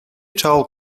told